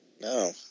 No